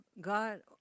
God